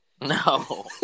No